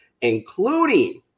including